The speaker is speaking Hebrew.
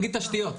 נגיד תשתיות.